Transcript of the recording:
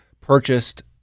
purchased